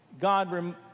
God